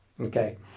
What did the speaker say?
Okay